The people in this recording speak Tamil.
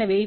எனவே